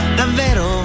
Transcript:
davvero